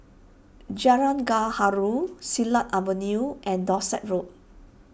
Jalan Gaharu Silat Avenue and Dorset Road